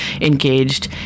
engaged